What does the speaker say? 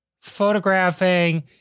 photographing